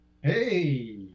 Hey